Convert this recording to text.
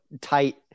tight